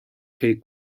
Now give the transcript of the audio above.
créée